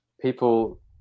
people